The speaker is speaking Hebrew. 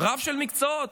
הרבה מקצועות,